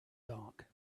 dark